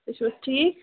تُہۍ چھُوحظ ٹھیٖک